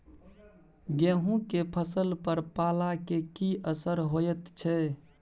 गेहूं के फसल पर पाला के की असर होयत छै?